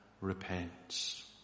repents